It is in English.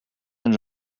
and